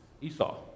Esau